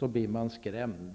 blir man skrämd.